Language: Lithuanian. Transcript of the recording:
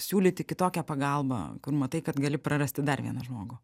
siūlyti kitokią pagalbą kur matai kad gali prarasti dar vieną žmogų